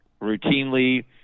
routinely